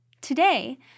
Today